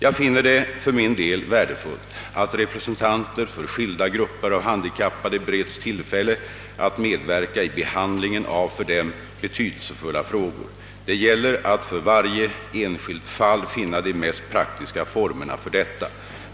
Jag finner det för min del värdefullt att representanter för skilda grupper av handikappade bereds tillfälle att medverka i behandlingen av för dem betydelsefulla frågor. Det gäller att för varje enskilt fall finna de mest praktiska formerna för detta.